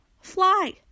Fly